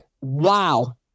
wow